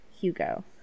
Hugo